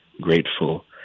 grateful